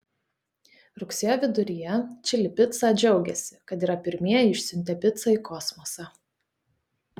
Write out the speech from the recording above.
rugsėjo viduryje čili pica džiaugėsi kad yra pirmieji išsiuntę picą į kosmosą